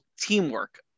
teamwork